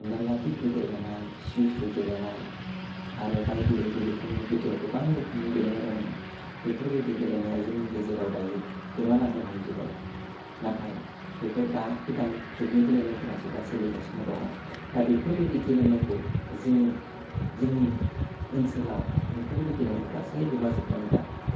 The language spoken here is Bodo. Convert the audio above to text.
हमना ला फिथु गेलेनाय सिउ सिउ गेलेनाय आरो बायदि बायदि रोखोमनि गोदोआव गोबां रोखोमनि गेलेनाय दङमोन बेफोर बायदि गेलेनाया जोंनि गेजेराव दायो गोमालांनो हमजोबबाय नाथाय बेफोर दा गोदान जुगनि गेलेनायफोरासो दा सोलिगासिनो दङ दा बेफोर बायदि गेलेनायखौ जोङो जोंनि ओनसोलाव बेफोरबायदि गेलेनायखौ गासै गोमाजोबनानै दा